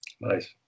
Nice